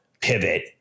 pivot